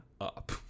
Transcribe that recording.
up